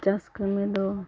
ᱪᱟᱥ ᱠᱟᱹᱢᱤ ᱫᱚ